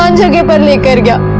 um genuinely good yeah